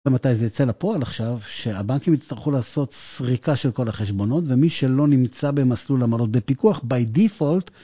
ומתי זה יצא לפועל עכשיו, שהבנקים יצטרכו לעשות סריקה של כל החשבונות, ומי שלא נמצא במסלול המונות בפיקוח by default.